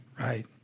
Right